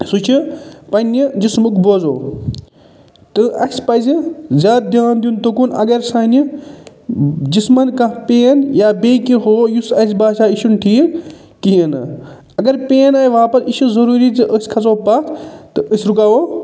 سُہ چھِ پَنٛنہِ جِسمُک بوزَو تہٕ اَسہِ پَزِ زیادٕ دھیان دیُن تُکُن اگر سانہِ جِسمَن کانٛہہ پین یا بیٚیہِ کیٚنہہ ہوو یُس اَسہِ باسیو یہِ چھُنہٕ ٹھیٖک کِہیٖنۍ نہٕ اگر پین آیہِ واپَس یہِ چھِ ضُروٗری زِ أسۍ کھسَو پتھ تہٕ أسۍ رُکاوَو